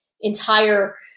entire